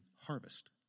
harvest